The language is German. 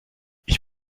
ich